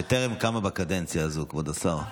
שטרם קמה בקדנציה הזו, כבוד השר.